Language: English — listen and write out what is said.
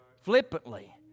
flippantly